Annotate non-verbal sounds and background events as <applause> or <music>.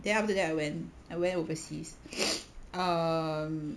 then after that I went I went overseas <breath> um